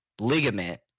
ligament